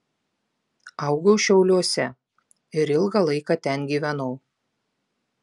augau šiauliuose ir ilgą laiką ten gyvenau